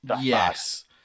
Yes